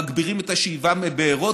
מגבירים את השאיבה מבארות,